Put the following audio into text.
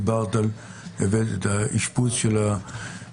דיברת על האשפוז של הילדים,